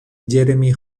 jeremy